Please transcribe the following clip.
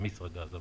אמישראגז,